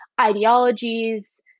ideologies